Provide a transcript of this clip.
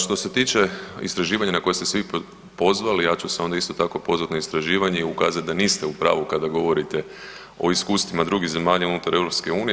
Što se tiče istraživanja na koje ste se vi pozvali, ja ću se onda isto tako pozvat na istraživanje i ukazat da niste u pravu kada govorite o iskustvima drugih zemalja unutar EU.